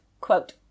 quote